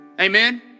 Amen